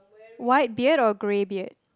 white beard or gray beard